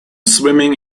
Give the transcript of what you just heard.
swimming